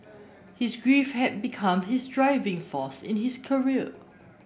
his grief had become his driving force in his career